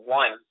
one